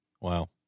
Wow